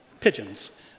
pigeons